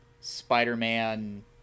Spider-Man